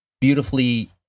beautifully